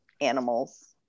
animals